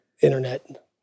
internet